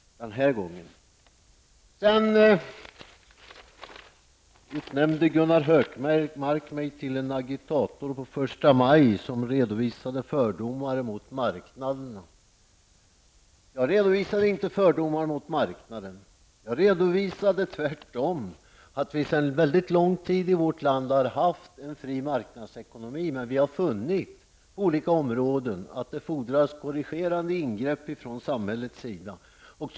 Gunnar Hökmark utnämnde mig till en agitator på förstamaj som redovisade fördomar mot marknaden. Jag redovisade inte fördomar mot marknaden. Tvärtom redovisade jag att vi i vårt land sedan väldigt lång tid har haft en fri marknadsekonomi, men vi har på olika områden funnit att det fordras korrigerande ingrepp från samhällets sida.